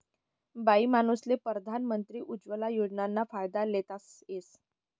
बाईमानूसले परधान मंत्री उज्वला योजनाना फायदा लेता येस